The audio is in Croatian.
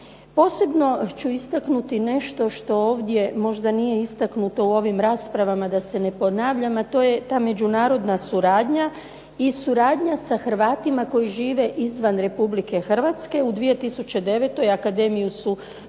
Posebno ću istaknuti nešto što ovdje možda nije istaknuto u ovim raspravama, da se ne ponavljam, a to je ta međunarodna suradnja, i suradnja sa Hrvatima koji žive izvan Republike Hrvatske, u 2009. akademiju su posjetili